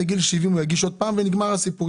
בגיל 70 הוא יגיש עוד פעם ונגמר הסיפור.